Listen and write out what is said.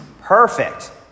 perfect